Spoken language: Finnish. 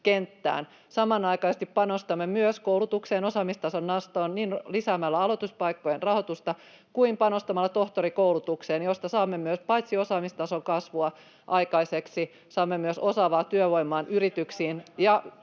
Samanaikaisesti panostamme myös koulutukseen, osaamistason nostoon niin lisäämällä aloituspaikkojen rahoitusta kuin panostamalla tohtorikoulutukseen, josta saamme myös osaamistason kasvua aikaiseksi, saamme myös osaavaa työvoimaa [Välihuuto vasemmalta] yrityksiin